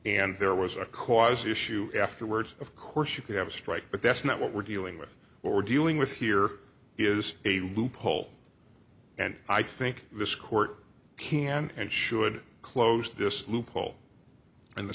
and there was a cause issue afterwards of course you could have a strike but that's not what we're dealing with we're dealing with here is a loophole and i think this court can and should close this loophole in the